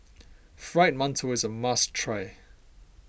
Fried Mantou is a must try